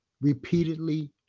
repeatedly